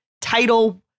title